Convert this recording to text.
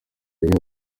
agira